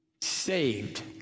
saved